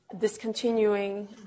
discontinuing